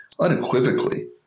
unequivocally